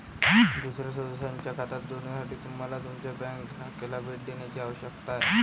दुसर्या सदस्याच्या खात्यात जोडण्यासाठी तुम्हाला तुमच्या बँक शाखेला भेट देण्याची आवश्यकता आहे